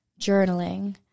journaling